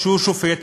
שהוא שופט,